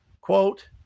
Quote